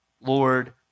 Lord